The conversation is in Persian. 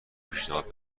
پیشنهاد